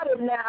now